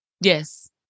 Yes